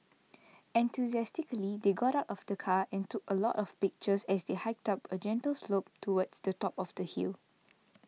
enthusiastically they got out of the car and took a lot of pictures as they hiked up a gentle slope towards the top of the hill